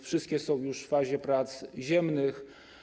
Wszystkie są już w fazie prac ziemnych.